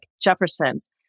Jefferson's